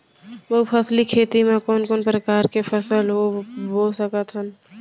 बहुफसली खेती मा कोन कोन प्रकार के फसल बो सकत हन?